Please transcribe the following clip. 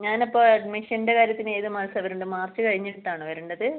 ഞാൻ അപ്പോൾ അഡ്മിഷൻ്റെ കാര്യത്തിന് ഏത് മാസം വരേണ്ടത് മാർച്ച് കഴിഞ്ഞിട്ട് ആണോ വരേണ്ടത്